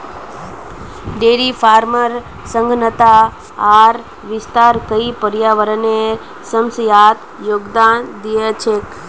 dairy फार्मेर सघनता आर विस्तार कई पर्यावरनेर समस्यात योगदान दिया छे